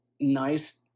nice